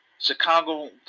Chicago